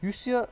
یُس یہِ